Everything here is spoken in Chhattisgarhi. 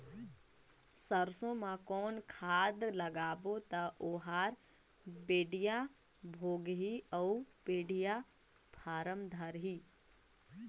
सरसो मा कौन खाद लगाबो ता ओहार बेडिया भोगही अउ बेडिया फारम धारही?